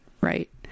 Right